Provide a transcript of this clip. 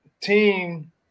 team